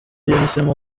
yahisemo